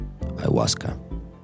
ayahuasca